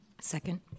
Second